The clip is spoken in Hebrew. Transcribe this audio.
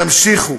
תמשיכו.